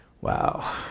Wow